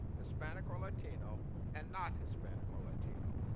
hispanic or latino and not hispanic or latino.